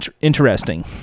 interesting